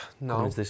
No